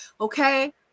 Okay